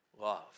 love